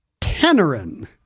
Tannerin